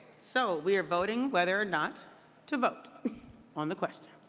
so we are voting whether or not to vote on the question.